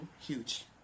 huge